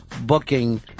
booking